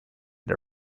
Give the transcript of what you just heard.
the